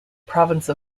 province